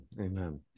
Amen